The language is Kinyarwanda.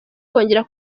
kongera